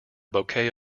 bouquet